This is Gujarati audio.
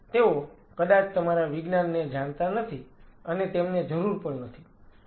તેઓ કદાચ તમારા વિજ્ઞાનને જાણતા નથી અને તેમને જરૂર પણ નથી